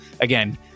again